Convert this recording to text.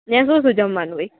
ન્યા શું શું જમાવનું હોય